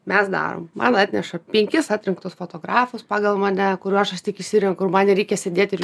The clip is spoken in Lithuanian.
mes darom man atneša penkis atrinktus fotografus pagal mane kuriuos tik išsirenku kur man reikia sėdėti ir